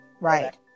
right